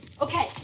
Okay